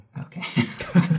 Okay